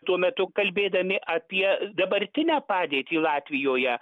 tuo metu kalbėdami apie dabartinę padėtį latvijoje